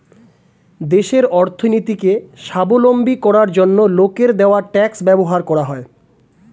দেশের অর্থনীতিকে স্বাবলম্বী করার জন্য লোকের দেওয়া ট্যাক্স ব্যবহার করা হয়